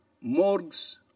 morgues